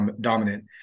dominant